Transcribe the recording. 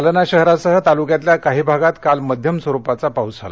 जालना शहरासह तालुक्यातल्या काही भागात काल मध्यमस्वरूपाचा पाऊस झाला